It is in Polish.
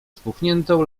spuchniętą